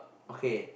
okay